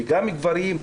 וגם גברים,